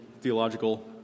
theological